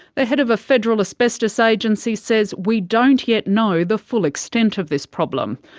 the head of a federal asbestos agency says we don't yet know the full extent of this problem.